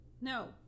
no